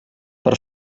per